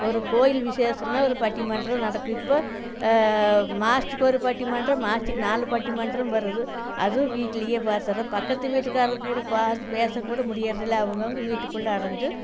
ஒரு கோயில் விசேஷன்னால் ஒரு பட்டிமன்றம் நடக்கும் இப்போ மாதத்துக்கு ஒரு பட்டிமன்றம் மாதத்துக்கு நாலு பட்டிமன்றம் வருது அதுவும் வீட்டிலியே பார்த்துறேன் பக்கத்து வீட்டுக்காரர் கூட பார்த்து பேச கூட முடியறதில்ல அவங்கவுங்க வீட்டுக்குள்ளே அடைஞ்சு